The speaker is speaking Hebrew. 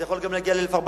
זה יכול להגיע גם ל-1,400,